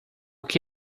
que